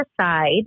side